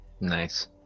nice